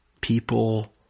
People